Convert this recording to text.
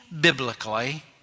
biblically